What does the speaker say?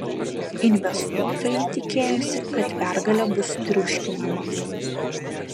investuotojai tikėjosi kad pergalė bus triuškinama